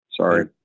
sorry